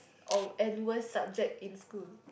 or and worst subject in school